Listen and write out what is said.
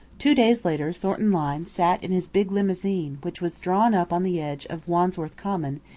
two days later thornton lyne sat in his big limousine which was drawn up on the edge of wandsworth common,